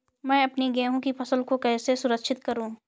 मैं अपनी गेहूँ की फसल को कैसे सुरक्षित करूँ?